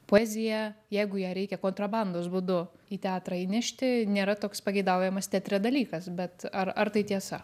poezija jeigu ją reikia kontrabandos būdu į teatrą įnešti nėra toks pageidaujamas teatre dalykas bet ar ar tai tiesa